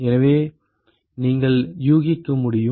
எனவே நீங்கள் யூகிக்க முடியும்